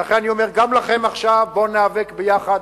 ולכן אני אומר גם לכם עכשיו: בואו ניאבק יחד,